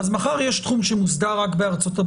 אז מחר יש תחום שמוסדר רק בארצות-הברית,